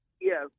Yes